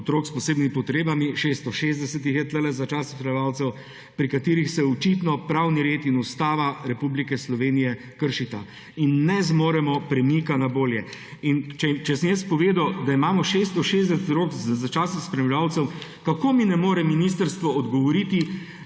s posebnimi potrebami. 660 jih je tukaj z začasnim spremljevalcem, pri katerih se očitno pravni red in Ustava Republike Slovenije kršita. In ne zmoremo premika na bolje. In če sem jaz povedal, da imamo 660 otrok z začasnim spremljevalcem, kako mi ne more ministrstvo odgovoriti,